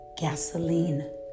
gasoline